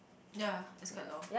ya that's quite long